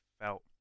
felt